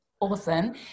awesome